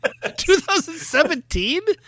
2017